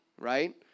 right